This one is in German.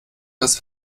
das